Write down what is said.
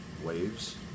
Waves